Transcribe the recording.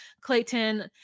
Clayton